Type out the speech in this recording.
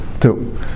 two